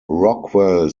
rockwell